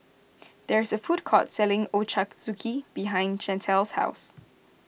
there is a food court selling Ochazuke behind Chantal's house